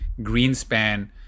Greenspan